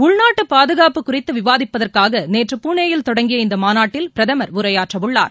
உள்நாட்டுபாதுகாப்பு குறித்துவிவாதிப்பதற்காகநேற்று புனேயில் தொடங்கிய இந்தமாநாட்டில் பிரதமர் உரையாற்றவுள்ளார்